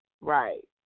right